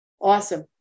Awesome